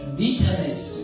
bitterness